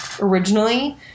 originally